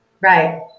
Right